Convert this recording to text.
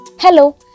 Hello